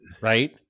right